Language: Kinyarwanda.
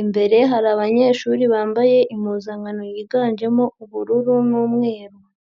imbere hari abanyeshuri bambaye impuzankano yiganjemo ubururu n'umweru.